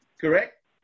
Correct